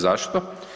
Zašto?